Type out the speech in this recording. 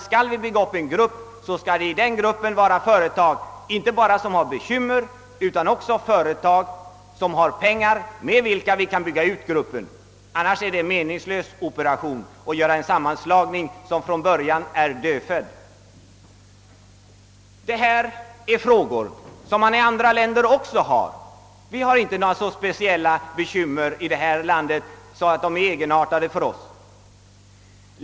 Skall vi bygga upp en grupp, skall den utgöras inte bara av företag som har bekymmer utan också av företag som har pengar med vilka vi kan bygga upp gruppen. Annars är det meningslöst att göra en sammanslagning — den blir dödfödd. Detta är frågor som också är aktuella i andra länder. Vi har inte här i landet några bekymmer som är egenartade för oss.